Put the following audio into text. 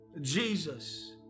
Jesus